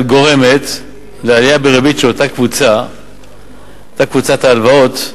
גורמת לעלייה בריבית על אותה קבוצת ההלוואות.